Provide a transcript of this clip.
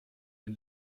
den